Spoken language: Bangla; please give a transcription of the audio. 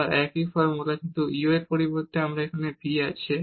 আবার একই ফর্মুলা কিন্তু u এর পরিবর্তে আমাদের এখানে v আছে